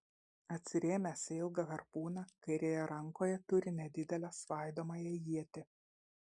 atsirėmęs į ilgą harpūną kairėje rankoje turi nedidelę svaidomąją ietį